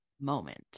moment